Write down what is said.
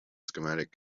schematic